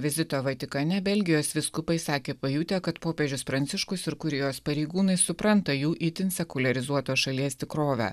vizito vatikane belgijos vyskupai sakė pajutę kad popiežius pranciškus ir kurijos pareigūnai supranta jų itin sekuliarizuotos šalies tikrovę